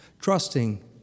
trusting